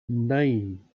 nine